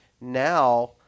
Now